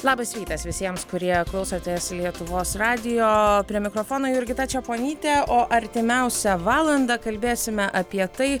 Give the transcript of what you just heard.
labas rytas visiems kurie klausotės lietuvos radijo prie mikrofono jurgita čeponytė o artimiausią valandą kalbėsime apie tai